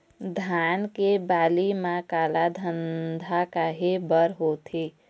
धान के बाली म काला धब्बा काहे बर होवथे?